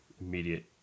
immediate